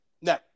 No